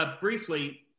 briefly